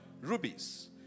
rubies